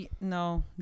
no